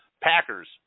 Packers